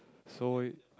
so